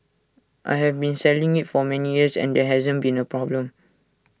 I have been selling IT for many years and there hasn't been A problem